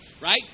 right